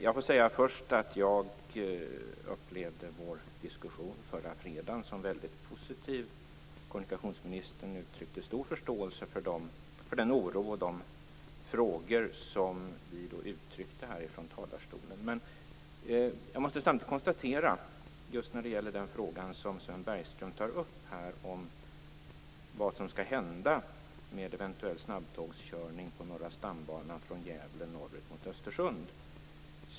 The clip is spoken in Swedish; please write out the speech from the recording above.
Jag upplevde vår diskussion förra fredagen som väldigt positiv. Kommunikationsministern uttryckte stor förståelse för den oro och de frågor som vi uttryckte här från talarstolen. Sven Bergström tar upp frågan om vad som skall hända med eventuell snabbtågskörning på Norra stambanan från Gävle norrut mot Östersund.